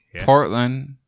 Portland